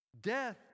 Death